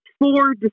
four